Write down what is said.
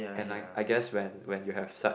and I I guess when you have such